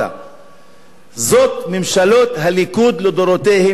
אלו ממשלות הליכוד לדורותיהן מאז 1977,